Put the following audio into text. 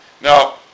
Now